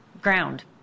ground